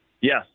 Yes